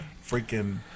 freaking